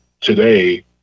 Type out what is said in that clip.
today